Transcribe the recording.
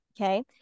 Okay